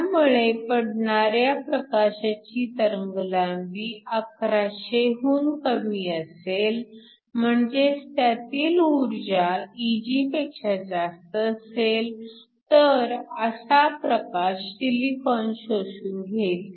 त्यामुळे पडणाऱ्या प्रकाशाची तरंगलांबी 1100 हुन कमी असेल म्हणजेच त्यातील ऊर्जा Eg पेक्षा जास्त असेल तर असा प्रकाश सिलिकॉन शोषून घेईल